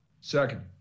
Second